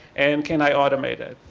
and can i automate it,